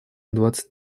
двадцать